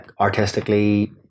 artistically